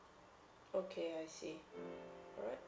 okay I see all right